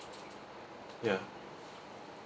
ya